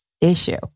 issue